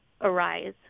arise